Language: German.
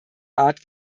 art